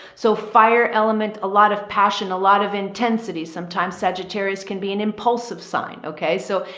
so fire element, a lot of passion, a lot of intensity, sometimes sagittarius can be an impulsive sign. okay. so,